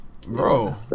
bro